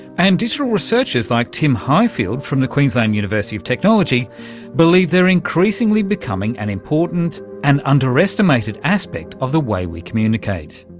and digital researchers like tim highfield from the queensland university of technology believe they're increasingly becoming an important and underestimated aspect of the way we communicate.